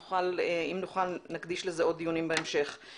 אם נוכל נקדיש לזה עוד דיונים בהמשך.